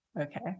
Okay